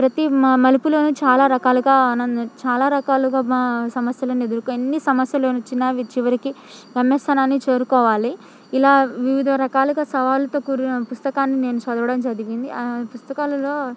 ప్రతి మ మలుపులను చాలా రకాలుగా ఆనందం చాలా రకాలుగా సమస్యలను ఎదుర్కోని ఎన్ని సమస్యలు వచ్చిన అవి చివరికి గమ్యస్థానాన్ని చేరుకోవాలి ఇలా వివిధ రకాలుగా సవాళ్లతో కూడిన పుస్తకాన్ని నేను చదవడం జరిగింది ఆ పుస్తకాలలో